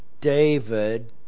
david